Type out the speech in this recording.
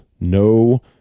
No